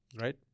Right